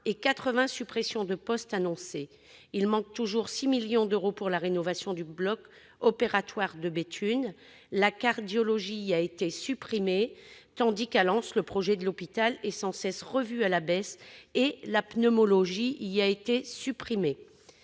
80 suppressions de postes annoncées. Il manque toujours 6 millions d'euros pour la rénovation du bloc opératoire de Béthune et le service de cardiologie y a été supprimé, tandis qu'à Lens le projet de l'hôpital est sans cesse revu à la baisse et le service de pneumologie y a été supprimé.